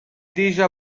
deja